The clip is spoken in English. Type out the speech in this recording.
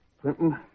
Clinton